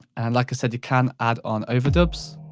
and, like i said, you can add on overdubs.